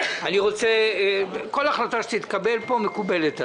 כל החלטה שתתקבל פה מקובלת עלי.